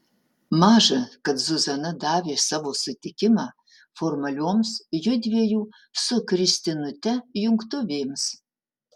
maža kad zuzana davė savo sutikimą formalioms judviejų su kristinute jungtuvėms